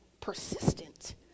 persistent